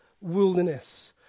wilderness